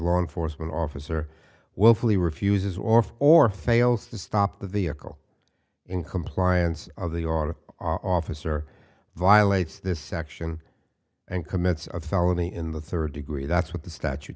law enforcement officer willfully refuses or or fails to stop the vehicle in compliance of the lot of officer violates this section and commits a felony in the third degree that's what the statute